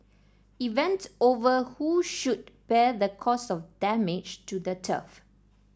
event over who should bear the cost of damage to the turf